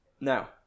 now